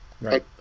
right